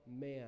man